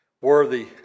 Worthy